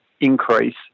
increase